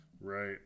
Right